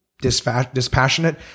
dispassionate